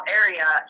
area